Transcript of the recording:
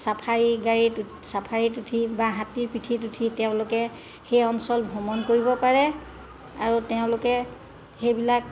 safari গাড়ীত চাফাৰীত উঠি বা হাতীৰ পিঠিত উঠি তেওঁলোকে সেই অঞ্চল ভ্ৰমণ কৰিব পাৰে আৰু তেওঁলোকে সেইবিলাক